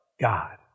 God